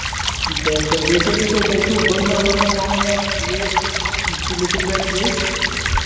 زیادٕ تَر بیٚیہِ کیٛاہ چھُو تۄہہِ تۄہہِ چھُو بٲتلن وٲتلن تھاوُن یا یہِ سِلیٖپِنگ بیگ سۭتۍ